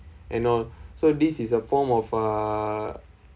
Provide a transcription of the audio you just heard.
and all so this is a form of uh